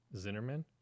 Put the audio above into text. Zinnerman